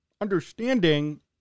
understanding